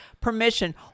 permission